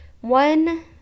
one